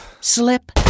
slip